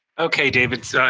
ok, david,